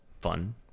fun